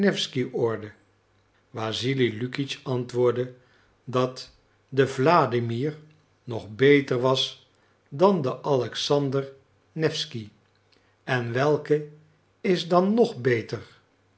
alexander newsky orde wassili lukitsch antwoordde dat de wladimir nog beter was dan de alexander newsky en welke is dan nog beter